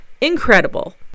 Incredible